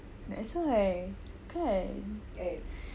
and so like kan